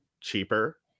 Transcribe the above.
cheaper